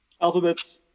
Alphabets